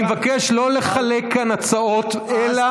אני מבקש לא לחלק כאן הצעות אלא לעמוד,